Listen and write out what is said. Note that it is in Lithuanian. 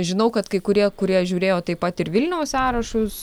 žinau kad kai kurie kurie žiūrėjo taip pat ir vilniaus sąrašus